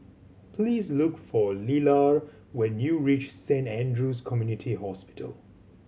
please look for Lelar when you reach Saint Andrew's Community Hospital